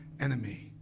enemy